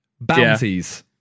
Bounties